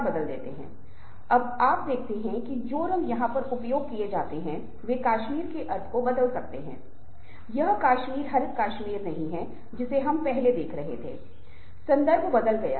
बहुत बार आप पाते हैं कि जो लोग सार्वजनिक बोलने के आदि नहीं होते हैं वे अचानक दर्शकों के सामने आने पर घबरा जाते हैं अपने हाथ पेछे रखते है या जेब में डालते हैं क्योंकि वे सहज नहीं हैं और वे नहीं जानते कि हम उनके शरीर से भी संकेत ले रहे हैं